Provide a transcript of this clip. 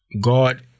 God